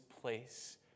place